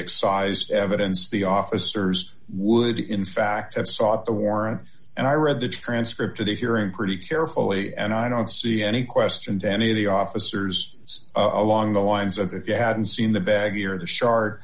excised evidence the officers would in fact have sought the warrant and i read the transcript of the hearing pretty carefully and i don't see any question to any of the officers along the lines of if you hadn't seen the bag here the shar